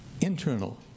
internal